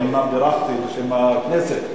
אני אומנם בירכתי בשם הכנסת.